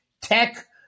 tech